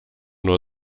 nur